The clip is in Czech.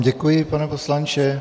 Děkuji vám, pane poslanče.